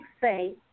say